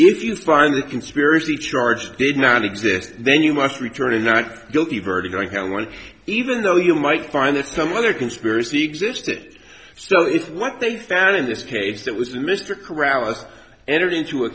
if you find the conspiracy charge did not exist then you must return a not guilty verdict i held one even though you might find that some other conspiracy existed so if what they found in this case that was mr carouse entered into a